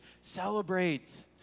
celebrate